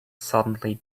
suddenly